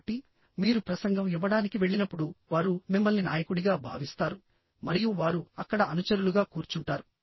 కాబట్టి మీరు ప్రసంగం ఇవ్వడానికి వెళ్ళినప్పుడు వారు మిమ్మల్ని నాయకుడిగా భావిస్తారు మరియు వారు అక్కడ అనుచరులుగా కూర్చుంటారు